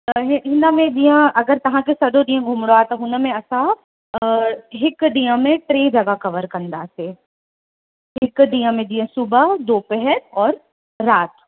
त इहो हिन में जीअं अगरि तव्हांखे सॼो ॾींहुं घुमिणो आहे त हुन में असां हिकु ॾींहं में टे जॻहि कवर कंदासीं हिक ॾींहं में जीअं सुबुहु दोपेहर औरि राति